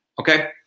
okay